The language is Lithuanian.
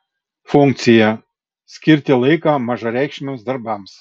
funkcija skirti laiką mažareikšmiams darbams